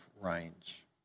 range